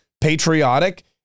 patriotic